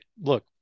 look